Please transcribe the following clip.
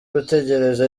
gutegereza